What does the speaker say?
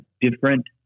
different